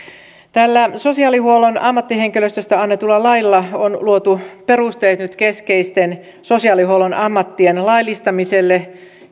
tällä sosiaalihuollon ammattihenkilöstöstä annetulla lailla on luotu perusteet nyt keskeisten sosiaalihuollon ammattien laillistamiselle